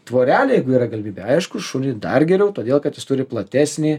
tvorelė jeigu yra galimybė aišku šuniui dar geriau todėl kad jis turi platesnį